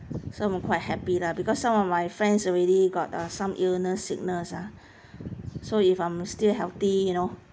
some are quite happy lah because some of my friends already got uh some illness sickness ah so if I'm still healthy you know